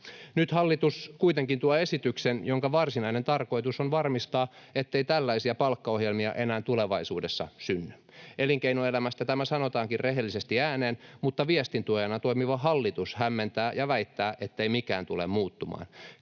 Nyt hallitus kuitenkin tuo esityksen, jonka varsinainen tarkoitus on varmistaa, ettei tällaisia palkkaohjelmia enää tulevaisuudessa synny. Elinkeinoelämästä tämä sanotaankin rehellisesti ääneen, mutta viestintuojana toimiva hallitus hämmentää ja väittää, ettei mikään tule muuttumaan.